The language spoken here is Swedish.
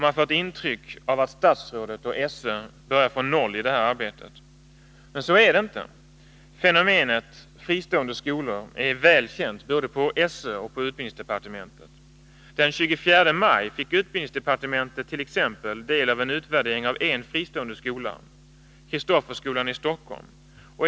Man får ett intryck av att statsrådet och SÖ börjar från noll i det här arbetet. Så är det inte. Fenomenet fristående skolor är väl känt både på SÖ och i utbildningsdepartementet. Den 24 maj 1977 fick utbildningsdepartementet t.ex. del av en utvärdering av en fristående skola, Kristofferskolan i Stockholm.